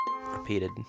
repeated